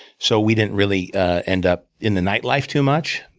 so we didn't really end up in the nightlife too much.